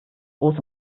groß